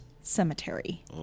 Cemetery